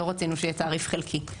לא רצינו שיהיה תעריף חלקי.